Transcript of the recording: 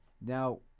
Now